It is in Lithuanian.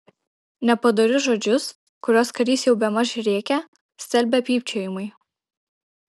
nepadorius žodžius kuriuos karys jau bemaž rėkė stelbė pypčiojimai